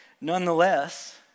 nonetheless